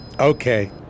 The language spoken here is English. Okay